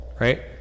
right